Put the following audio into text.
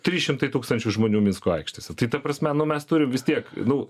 trys šimtai tūkstančių žmonių minsko aikštėse tai ta prasme nu mes turim vis tiek nu